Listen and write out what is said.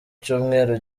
cyumweru